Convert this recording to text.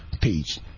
page